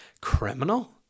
criminal